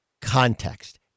context